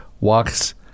walks